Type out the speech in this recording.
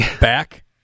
Back